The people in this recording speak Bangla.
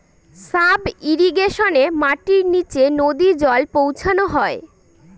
সাব ইর্রিগেশনে মাটির নীচে নদী জল পৌঁছানো হয়